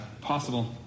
possible